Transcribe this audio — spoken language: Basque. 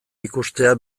ikustea